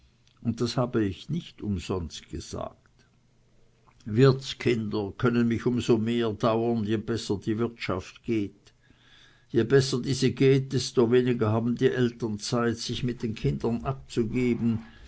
und das habe ich nicht umsonst gesagt wirtskinder können mich immer dauern je besser die wirtschaft geht je besser diese geht desto weniger haben die eltern zeit sich mit den kindern abzugeben